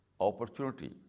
opportunity